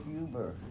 Uber